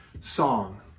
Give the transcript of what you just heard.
song